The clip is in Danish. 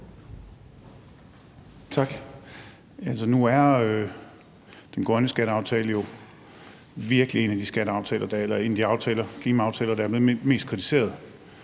Tak. Nu er den grønne skatteaftale jo virkelig en af de klimaaftaler, der er blevet mest kritiseret.